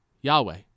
Yahweh